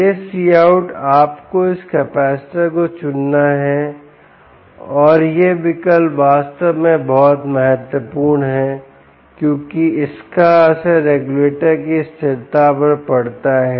यह Cout आपको इस कैपेसिटर को चुनना है और यह विकल्प वास्तव में बहुत महत्वपूर्ण है क्योंकि इसका असर रेगुलेटर की स्थिरता पर पड़ता है